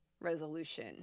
resolution